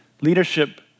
leadership